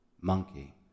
Monkey